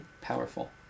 Powerful